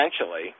essentially